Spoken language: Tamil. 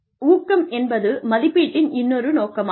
ஊக்கம் என்பது மதிப்பீட்டின் இன்னொரு நோக்கமாகும்